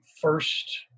first